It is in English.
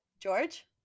George